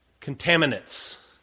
Contaminants